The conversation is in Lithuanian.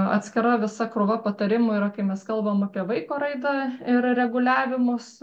atskira visa krūva patarimų yra kai mes kalbam apie vaiko raidą ir reguliavimus